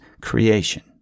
creation